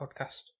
podcast